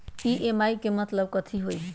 EMI के मतलब कथी होई?